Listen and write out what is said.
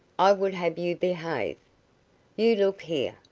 i would have you behave you look here,